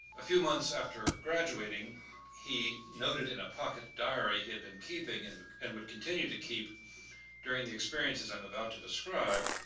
a few months after graduating he noted in a pocket diary he had been keeping and and would continue to keep during the experiences i'm about to describe,